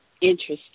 Interesting